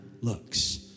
looks